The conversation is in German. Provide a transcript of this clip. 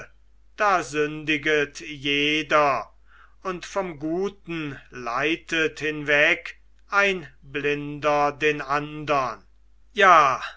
da sündiget jeder und vom guten leitet hinweg ein blinder den andern ja